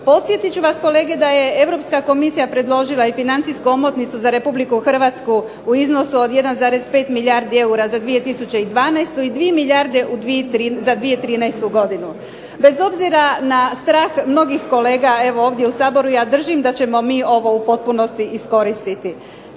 Podsjetit ću vas kolege da je Europska komisija predložila i financijsku omotnicu za Republiku Hrvatsku u iznosu od 1,5 milijardi eura za 2012. i 2 milijarde za 2013. godinu. Bez obzira na strah mnogih kolegama ovdje u Saboru, ja držim da ćemo mi ovo u potpunosti iskoristiti.